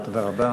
תודה רבה.